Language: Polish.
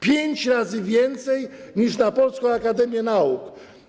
Pięć razy więcej niż na Polską Akademię Nauk.